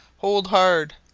hold hard.